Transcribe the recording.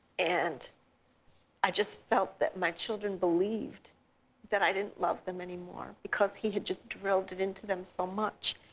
and i just felt that my children believed that i didn't love them anymore because he had just drilled it into them so much.